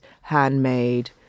handmade